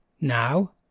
now